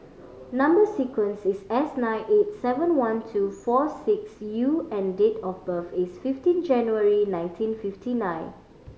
number sequence is S nine eight seven one two four six U and date of birth is fifiteen January nineteen fifty nine